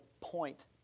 point